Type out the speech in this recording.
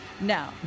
Now